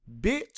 bitch